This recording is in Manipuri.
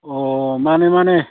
ꯑꯣ ꯃꯥꯟꯅꯦ ꯃꯥꯟꯅꯦ